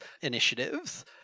initiatives